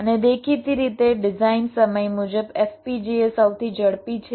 અને દેખીતી રીતે ડિઝાઇન સમય મુજબ FPGA સૌથી ઝડપી છે